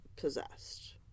possessed